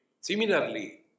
Similarly